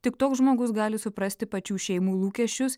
tik toks žmogus gali suprasti pačių šeimų lūkesčius